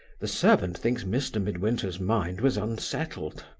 the servant thinks mr. midwinter's mind was unsettled.